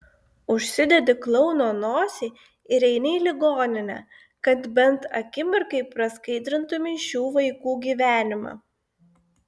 užsidedi klouno nosį ir eini į ligoninę kad bent akimirkai praskaidrintumei šių vaikų gyvenimą